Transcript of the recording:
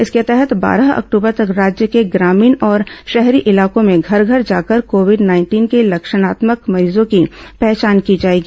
इसके तहत बारह अक्टूबर तक राज्य के ग्रामीण और शहरी इलाकों में घर घर जाकर कोविड नाइंटीन के लक्षणात्मक मरीजों की पहचान की जाएगी